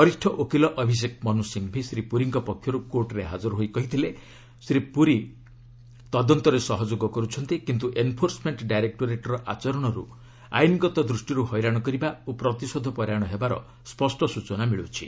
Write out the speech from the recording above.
ବରିଷ୍ଠ ଓକିଲ ଅଭିଶେକ୍ ମନୁ ସିଂଘଭି ଶ୍ରୀ ପୁରୀଙ୍କ ପକ୍ଷରୁ କୋର୍ଟ୍ରେ ହାଜର ହୋଇ କହିଥିଲେ ଶ୍ରୀ ପୁରୀ ତଦନ୍ତରେ ସହଯୋଗ କରୁଛନ୍ତି କିନ୍ତୁ ଏନ୍ଫୋର୍ସମେଣ୍ଟ ଡାଇରେକ୍ଟୋରେଟ୍ର ଆଚରଣରୁ ଆଇନ୍ଗତ ଦୃଷ୍ଟିରୁ ହଇରାଣ କରିବା ଓ ପ୍ରତିଶୋଧ ପରାୟଣ ହେବାର ସ୍ୱଷ୍ଟ ସୂଚନା ମିଳୁଛି